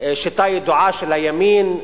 שיטה ידועה של הימין,